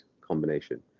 combination